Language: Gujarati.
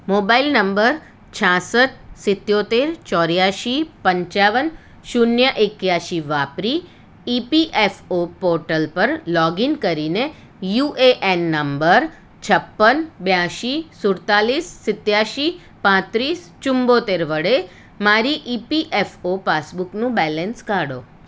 મોબાઈલ નંબર છાસઠ સિત્યોતેર ચોર્યાસી પંચાવન શૂન્ય એક્યાસી વાપરી ઇપીએફઓ પોર્ટલ પર લોગિન કરીને યુએએન નંબર છપ્પન બ્યાસી સૂડતાલીસ સિત્યાસી પાંત્રીસ ચુંમોતેર વડે મારી ઇપીએફઓ પાસબુકનું બેલેન્સ કાઢો